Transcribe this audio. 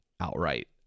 outright